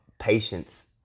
patience